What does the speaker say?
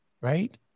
right